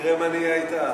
תראה מה נהיה אִתה.